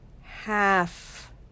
half